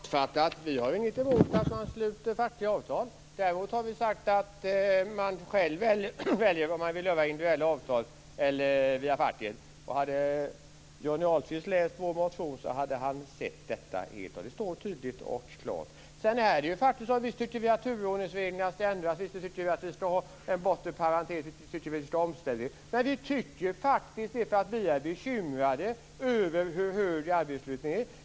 Fru talman! Jag har sagt att vi inte har något emot att man sluter fackliga avtal. Däremot har vi sagt att man själv ska få välja om man vill sluta individuella avtal eller gå via facket. Hade Johnny Ahlqvist läst vår motion hade han sett detta. Det står tydligt och klart. Visst tycker vi att turordningsreglerna ska ändras. Visst tycker vi att vi ska ha en bortre parentes. Visst tycker vi att vi ska ha omställning. Men vi tycker faktiskt det för att vi är bekymrade över hur hög arbetslösheten är.